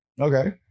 Okay